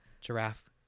giraffe